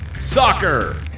Soccer